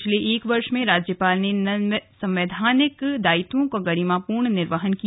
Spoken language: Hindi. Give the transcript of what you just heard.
पिछले एक वर्ष में राज्यपाल ने संवैधानिक दायित्वों का गरिमापूर्वक निर्वहन किया